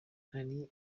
hari